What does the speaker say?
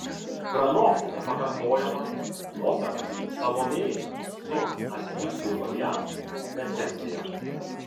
pranokti nepakartojamą operos salomėja su asmik grigorian recenzija